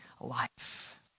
life